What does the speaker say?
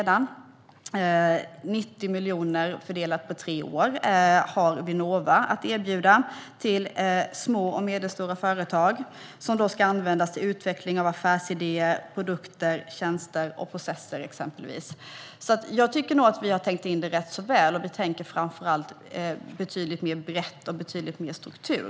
90 miljoner fördelat på tre år har Vinnova att erbjuda till små och medelstora företag, som då kan användas till utveckling av affärsidéer, produkter, tjänster och processer. Jag tycker att vi har täckt in området väl, och vi tänker framför allt brett och med mer struktur.